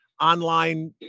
online